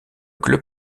club